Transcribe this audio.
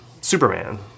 Superman